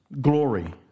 glory